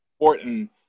important